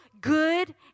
good